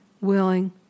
willing